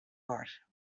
war